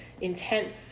intense